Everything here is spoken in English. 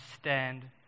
stand